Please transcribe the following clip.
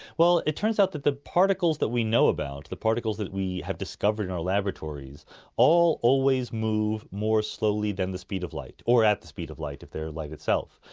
it turns out that the particles that we know about, the particles that we have discovered in our laboratories all always move more slowly than the speed of light, or at the speed of light if they are light itself.